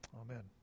Amen